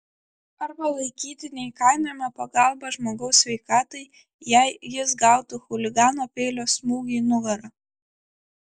arba laikyti neįkainojama pagalba žmogaus sveikatai jei jis gautų chuligano peilio smūgį į nugarą